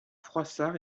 froissart